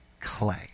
clay